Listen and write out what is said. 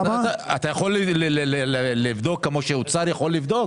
אתה יכול לבדוק כמו שהאוצר יכול לבדוק?